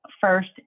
first